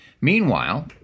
Meanwhile